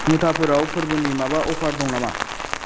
मुथाफोराव फोरबोनि माबा अफार दङ नामा